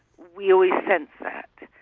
we always sense that.